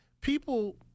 people